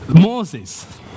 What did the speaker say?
Moses